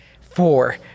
Four